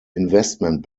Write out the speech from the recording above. investment